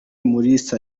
mulisa